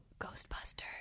Ghostbusters